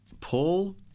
Paul